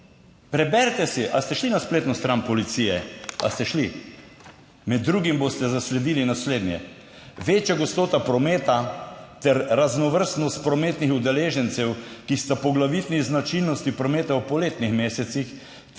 Preberite si. Ali ste šli na spletno stran policije? Ali ste šli? Med drugim boste zasledili naslednje: večja gostota prometa ter raznovrstnost prometnih udeležencev, ki sta poglavitni značilnosti prometa v poletnih mesecih,